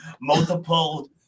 multiple